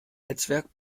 netzwerk